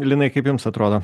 linai kaip jums atrodo